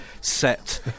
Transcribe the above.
set